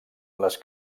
les